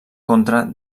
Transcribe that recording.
contra